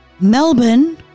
Melbourne